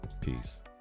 Peace